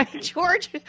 George